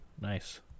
nice